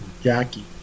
Jackie